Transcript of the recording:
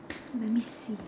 let me see